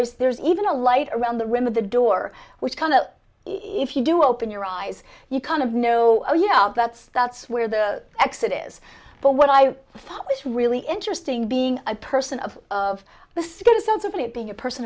is there's even a light around the rim of the door which kind of if you do open your eyes you kind of know oh you know that's that's where the exit is but what i thought was really interesting being a person of of the citizens of it being a person